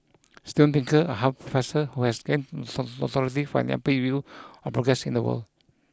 Steven Pinker a Harvard professor who has gained notoriety for an upbeat view of progress in the world